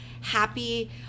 happy